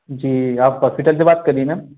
जी आप हॉस्पिटल से बात कर रही हैं मैम